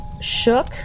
shook